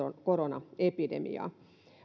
koronaepidemiaa